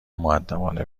مودبانه